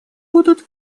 будут